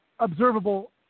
observable